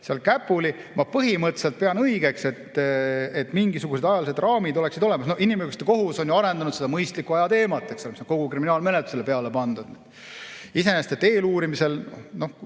käpuli. Ma põhimõtteliselt pean õigeks, et mingisugused ajalised raamid oleksid olemas. Inimõiguste kohus on ju arendanud mõistliku aja teemat, mis on kogu kriminaalmenetlusele peale pandud. Iseenesest, ma